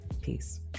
Peace